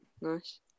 Nice